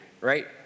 right